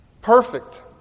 perfect